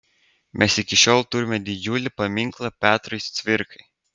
mes iki šiol turime didžiulį paminklą petrui cvirkai